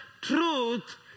truth